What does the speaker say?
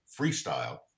freestyle